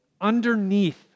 underneath